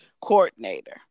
coordinator